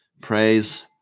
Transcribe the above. Praise